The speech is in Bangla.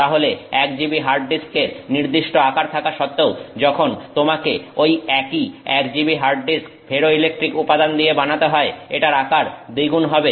তাহলে 1 GB হার্ড ডিস্কের নির্দিষ্ট আকার থাকা সত্বেও যখন তোমাকে ঐ একই 1 GB হার্ড ডিস্ক ফেরোইলেকট্রিক উপাদান দিয়ে বানাতে হয় এটার আকার দ্বিগুণ হবে